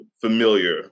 familiar